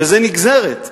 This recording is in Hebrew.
וזה נגזרת.